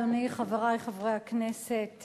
חברי חברי הכנסת,